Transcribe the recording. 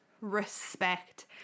respect